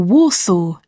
Warsaw